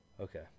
Okay